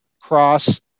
Cross